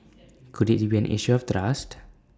could IT be an issue of trust